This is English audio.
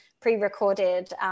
pre-recorded